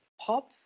pop